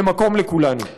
למקום לכולנו.